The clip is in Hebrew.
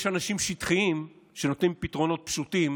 יש אנשים שטחיים שנותנים פתרונות פשוטים,